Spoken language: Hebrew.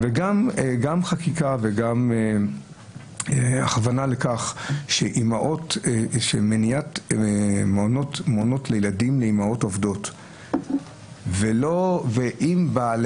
יש גם חקיקה וגם הכוונה למניעת מעונות לילדים לאימהות עובדות אם הבעל